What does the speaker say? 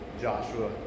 Joshua